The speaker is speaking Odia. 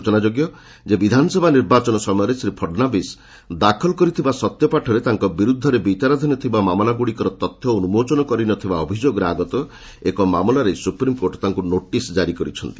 ସ୍ବଚନା ଯୋଗ୍ୟ ଯେ ବିଧାନସଭା ନିର୍ବାଚନ ସମୟରେ ଶ୍ରୀ ଫଡ଼ନାବିଶ ଦାଖଲ କରିଥିବା ସତ୍ୟପାଠରେ ତାଙ୍କ ବିରୁଦ୍ଧରେ ବିଚାରାଧିନଥିବା ମାମଲାଗୁଡ଼ିକର ତଥ୍ୟ ଉନ୍କୋଚନ କରିନଥିବା ଅଭିଯୋଗରେ ଆଗତ ଏକ ମାମଲାରେ ସୁପ୍ରିମ୍କୋର୍ଟ ତାଙ୍କୁ ନୋଟିସ୍ କାରି କରିଛନ୍ତି